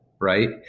right